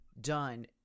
done